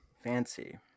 Fancy